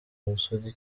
ubusugi